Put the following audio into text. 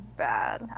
bad